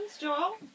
Joel